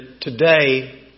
today